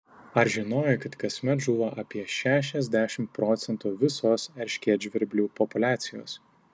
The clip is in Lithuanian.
ar žinojai kad kasmet žūva apie šešiasdešimt procentų visos erškėtžvirblių populiacijos